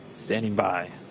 standing by.